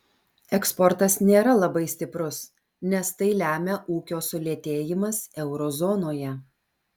eksportas nėra labai stiprus nes tai lemia ūkio sulėtėjimas euro zonoje